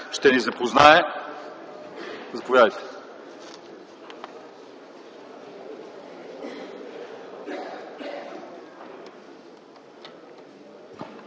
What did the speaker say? ще ни запознае... Заповядайте!